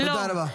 תודה רבה.